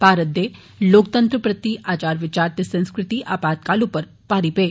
भारत दे लोकतंत्र प्रति आचार विचार ते सांस्कृति ऐ ते ओ आपातकाल उप्पर भारी पेये